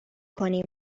کنیم